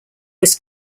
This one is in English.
was